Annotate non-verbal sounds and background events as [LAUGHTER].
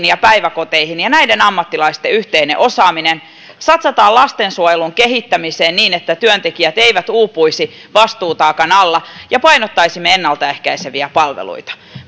[UNINTELLIGIBLE] ja päiväkoteihin ja näiden ammattilaisten yhteinen osaaminen satsataan lastensuojelun kehittämiseen niin että työntekijät eivät uupuisi vastuutaakan alla ja painotetaan ennalta ehkäiseviä palveluita